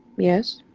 yes.